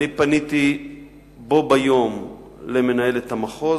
אני פניתי בו ביום למנהלת המחוז,